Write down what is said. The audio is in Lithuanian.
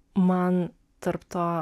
man tarp to